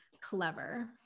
clever